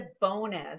bonus